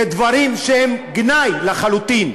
לדברים שהם גנאי לחלוטין.